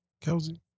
Kelsey